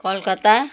Calcutta